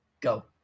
go